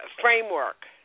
framework